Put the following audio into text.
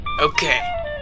Okay